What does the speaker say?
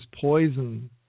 poison